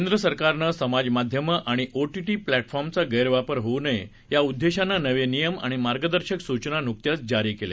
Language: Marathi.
केंद्र सरकारनं समाजमाध्यमं आणि ओटीटी प्लष्किर्मचा गैरवापर होऊ नये या उद्देशानं नवे नियम आणि मार्गदर्शक सूचना नुकत्याच जारी केल्या